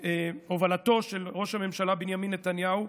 בהובלתו של ראש הממשלה בנימין נתניהו,